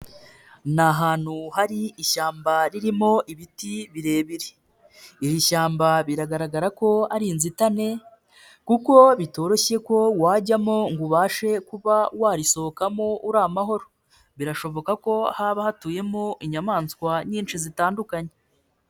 Ni ahantu hari ishyamba ririmo ibiti birebire, iri shyamba biragaragara ko ari inzitane kuko bitoroshye ko wajyamo ngo ubashe kuba warisohokamo uri amahoro, birashoboka ko haba hatuyemo inyamaswa nyinshi zitandukanye.